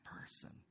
person